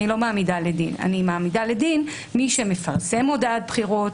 אני מעמידה לדין מי שמפרסם מודעת בחירות,